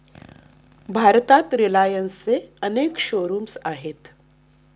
भारतात रिलायन्सचे अनेक शोरूम्स आहेत